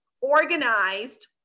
organized